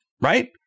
Right